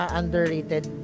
underrated